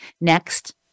Next